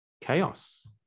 chaos